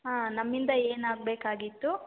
ಹಾಂ ನಮ್ಮಿಂದ ಏನು ಆಗಬೇಕಾಗಿತ್ತು